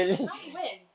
!huh! when